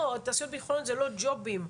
תעשיות ביטחוניות זה לא ג'ובים.